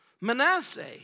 Manasseh